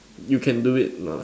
you can do it lah